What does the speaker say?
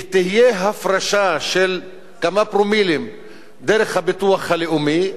תהיה הפרשה של כמה פרומילים דרך הביטוח הלאומי.